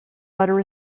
butter